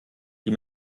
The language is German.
die